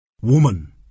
Woman